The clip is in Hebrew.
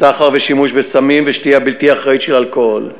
סחר ושימוש בסמים ושתייה בלתי אחראית של אלכוהול,